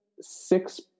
six